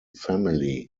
family